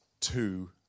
two